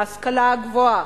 להשכלה הגבוהה,